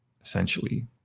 essentially